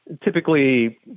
typically